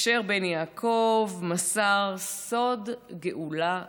אשר בן יעקב מסר סוד גאולה לשרח.